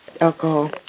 alcohol